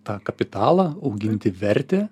tą kapitalą auginti vertę